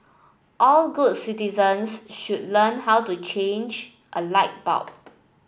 all good citizens should learn how to change a light bulb